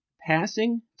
passing